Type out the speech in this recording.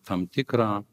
tam tikrą